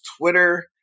Twitter